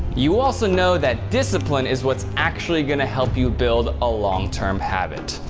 you also know that discipline is what's actually gonna help you build a long-term habit.